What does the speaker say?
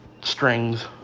strings